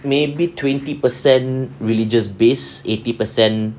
maybe twenty percent religious based eighty percent